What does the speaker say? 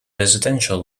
residential